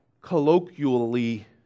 colloquially